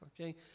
Okay